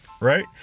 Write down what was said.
right